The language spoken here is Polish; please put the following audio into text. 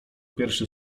pierwszy